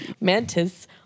Mantis